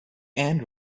and